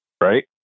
right